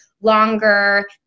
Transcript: longer